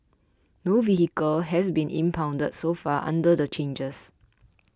no vehicle has been impounded so far under the changes